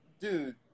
dude